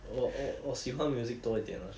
我我我喜欢 music 多一点啦